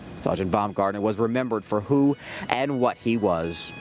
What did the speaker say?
sergeant baumgartner was remembered for who and what he was.